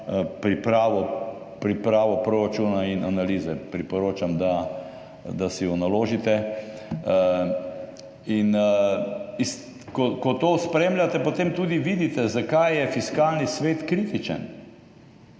za pripravo proračuna in analize. Priporočam, da si jo naložite. Ko to spremljate, potem tudi vidite, zakaj je Fiskalni svet kritičen.